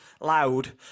Loud